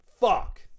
Fuck